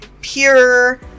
pure